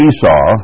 Esau